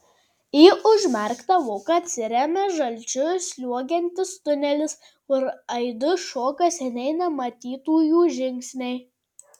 į užmerktą voką atsiremia žalčiu sliuogiantis tunelis kur aidu šoka seniai nematytųjų žingsniai